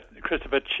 Christopher